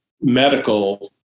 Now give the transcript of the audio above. medical